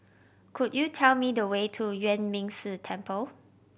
could you tell me the way to Yuan Ming Si Temple